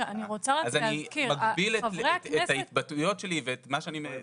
אז אני מגביל את ההתבטאויות ואת מה שאני הולך להתבטא.